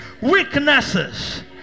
weaknesses